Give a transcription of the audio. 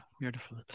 beautiful